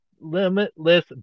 Limitless